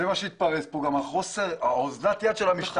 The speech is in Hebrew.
זה מה שהתפרץ פה, אבל זה גם אוזלת היד של המשטרה.